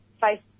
face